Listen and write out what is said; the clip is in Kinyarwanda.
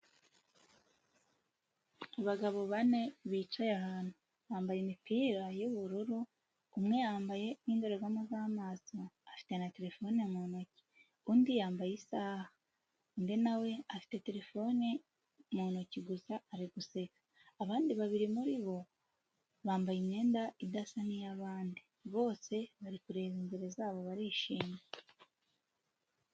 Abagabo bane bicaye ahantu bambaye imipira y'ubururu, umwe yambaye n'indorerwamo z'amaso. Afite na telefone mu ntoki. Undi yambaye isaha. Undi na we afite telefone mu ntoki gusa ari guseka. Abandi babiri muri bo bambaye imyenda idasa n'iy'abandi. Bose bari kureba imbere zabo barishimye.